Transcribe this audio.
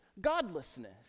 godlessness